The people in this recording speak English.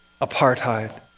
apartheid